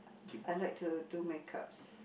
I like to do makeups